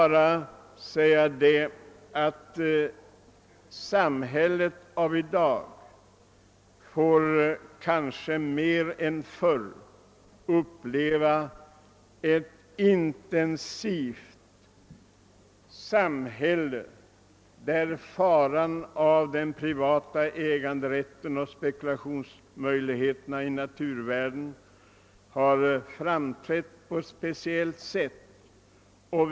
Samhället får i dag kanske mer än förr uppleva en intensiv utveckling, varvid faran av den privata äganderätten och av spekulationsmöjligheterna i naturvärden speciellt framträder.